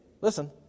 Listen